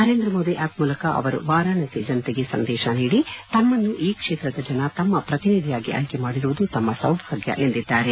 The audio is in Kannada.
ನರೇಂದ್ರ ಮೋದಿ ಆಪ್ ಮೂಲಕ ಅವರು ವಾರಾಣಸಿ ಜನತೆಗೆ ಸಂದೇಶ ನೀಡಿ ತಮ್ಮನ್ನು ಈ ಕ್ಷೇತ್ರದ ಜನ ತಮ್ಮ ಪ್ರತಿನಿಧಿಯಾಗಿ ಆಯ್ತೆ ಮಾಡಿರುವುದು ತಮ್ನ ಸೌಭಾಗ್ಲ ಎಂದು ಹೇಳದ್ದಾರೆ